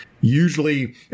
usually